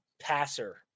passer